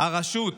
הרשות